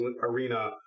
Arena